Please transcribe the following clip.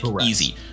Easy